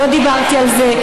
לא דיברתי על זה.